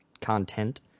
content